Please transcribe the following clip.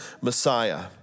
Messiah